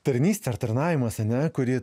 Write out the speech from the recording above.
tarnystė ar tarnavimas ane kurį